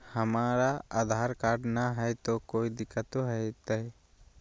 हमरा आधार कार्ड न हय, तो कोइ दिकतो हो तय?